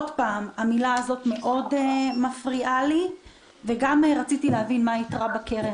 ארצה גם לדעת מה היתרה בקרן